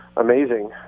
amazing